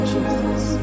Jesus